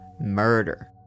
murder